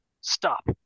stop